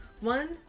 One